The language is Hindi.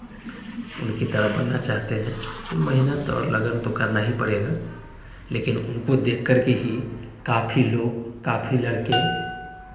उनकी तरह बनना चाहते हैं तो मेहनत और लगन तो करना ही पड़ेगा लेकिन उनको देख करके ही काफ़ी लोग काफ़ी लड़के